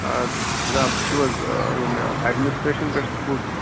آ جِناب تُہۍ چھُو حظ ییٚمہِ ایٚڈمِنِسٹرٛیشَن پیٚٹھ سکوٗل کہِ